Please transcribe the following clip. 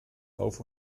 auf